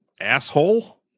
asshole